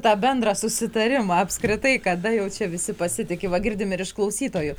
tą bendrą susitarimą apskritai kada jau čia visi pasitiki va girdime ir iš klausytojų